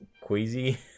queasy